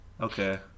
Okay